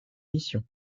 missions